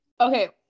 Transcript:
okay